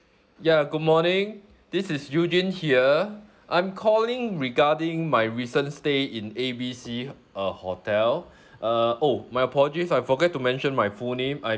ya good morning this is eugene here I'm calling regarding my recent stay in A B C uh hotel uh oh my apologies I forget to mention my full name I'm